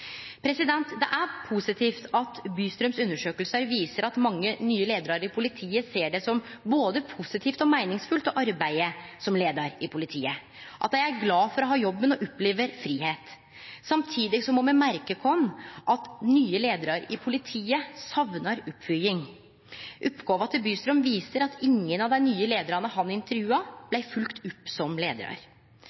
Det er positivt at Bystrøms undersøking viser at mange nye leiarar i politiet ser det som både positivt og meiningsfullt å arbeide som leiar i politiet, at dei er glade for å ha jobben og opplever fridom. Samtidig må me merke oss at nye leiarar i politiet saknar oppfølging. Oppgåva til Bystrøm viser at ingen av dei nye leiarane han intervjua, blei følgde opp som leiarar.